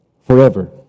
forever